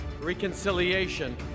reconciliation